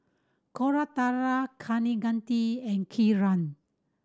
Koratala Kaneganti and Kiran